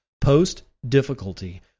Post-difficulty